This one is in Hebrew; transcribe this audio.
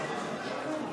אז הינה, מיכאל,